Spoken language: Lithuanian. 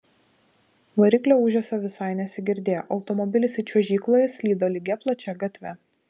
variklio ūžesio visai nesigirdėjo automobilis it čiuožykloje slydo lygia plačia gatve